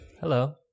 hello